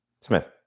Smith